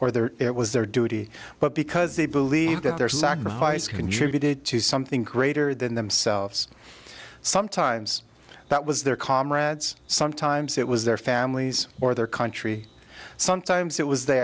or there it was their duty but because they believed that their sacrifice contributed to something greater than themselves sometimes that was their comrades sometimes it was their families or their country sometimes it was the